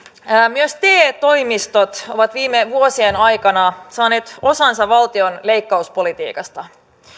myös te toimistot ovat viime vuosien aikana saaneet osansa valtion leikkauspolitiikasta